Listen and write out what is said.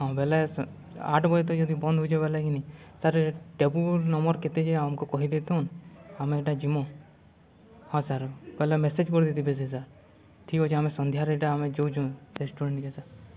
ହଁ ବଲେ ଆଠ୍ ବଜେ ତକ୍ ଯଦି ବନ୍ଦ୍ ହଉଚେ ବେଲେ କିିନି ସାର୍ ଟେବୁଲ୍ ନମ୍ବର୍ କେତେ ଯେ ଆମ୍କୁ କହିଦେଇଥନ୍ ଆମେ ଇଟା ଯିମୁ ହଁ ସାର୍ ବେଲେ ମେସେଜ୍ କରିଦେଇଥିବେ ସେ ସାର୍ ଠିକ୍ ଅଛେ ଆମେ ସନ୍ଧ୍ୟାରେ ଇଟା ଆମେ ଯଉଚୁଁ ରେଷ୍ଟୁରାଣ୍ଟ୍କେ ସାର୍